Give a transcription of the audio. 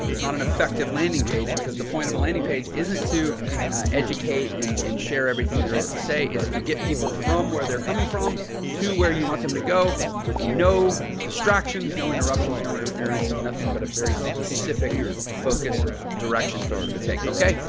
it's not an effective landing page because the point of a landing page isn't to educate and and share everything there is to say. it's to get people from where they're coming from to where you want them to go with no distractions, no interruptions, no interference, nothing but a very specific focused direction for them to take. okay?